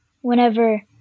whenever